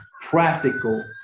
practical